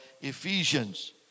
Ephesians